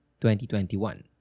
2021